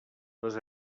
les